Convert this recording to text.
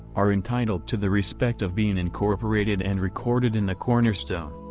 are entitled to the respect of being incorporated and recorded in the cornerstone,